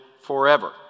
forever